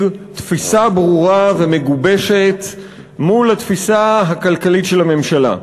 תפיסה ברורה ומגובשת מול התפיסה הכלכלית של הממשלה.